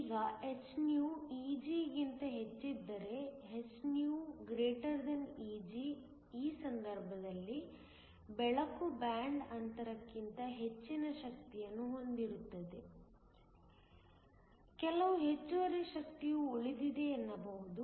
ಈಗ hυ Eg ಗಿಂತ ಹೆಚ್ಚಿದ್ದರೆ hυ Eg ಈ ಸಂದರ್ಭದಲ್ಲಿ ಬೆಳಕು ಬ್ಯಾಂಡ್ ಅಂತರಕ್ಕಿಂತ ಹೆಚ್ಚಿನ ಶಕ್ತಿಯನ್ನು ಹೊಂದಿದ್ದರೆ ಕೆಲವು ಹೆಚ್ಚುವರಿ ಶಕ್ತಿಯು ಉಳಿದಿದೆ ಎನ್ನಬಹುದು